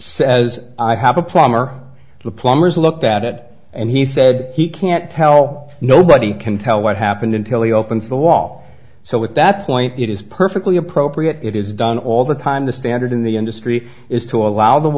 says i have a plumber the plumbers looked at it and he said he can't tell nobody can tell what happened until he opens the wall so what that's point is perfectly appropriate it is done all the time the standard in the industry is to allow the